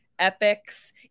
epics